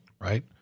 right